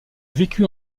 vécut